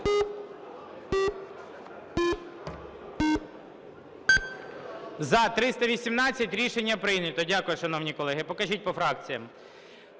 За-318 Рішення прийнято. Дякую, шановні колеги. Покажіть по фракціях.